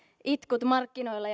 itkut markkinoilla